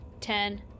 Ten